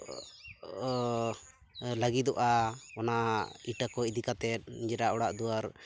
ᱞᱟᱹᱜᱤᱫᱚᱜᱼᱟ ᱚᱱᱟ ᱤᱴᱟᱹ ᱠᱚ ᱤᱫᱤ ᱠᱟᱛᱮᱫ ᱱᱤᱡᱮᱨᱟᱜ ᱚᱲᱟᱜ ᱫᱩᱣᱟᱹᱨ